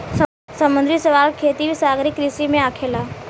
समुंद्री शैवाल के खेती भी सागरीय कृषि में आखेला